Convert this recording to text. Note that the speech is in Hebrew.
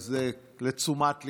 לתשומת ליבנו.